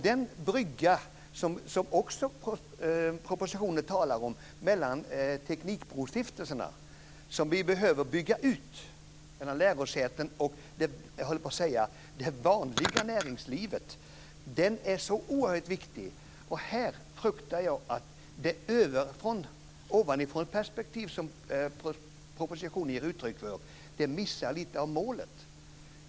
Den brygga som också propositionen talar om mellan teknikbrostiftelserna som vi behöver bygga ut mellan lärosäten och näringslivet - det vanliga näringslivet, höll jag på att säga - är så oerhört viktig, och här fruktar jag att det ovanifrånperspektiv som propositionen ger uttryck för missar lite av målet.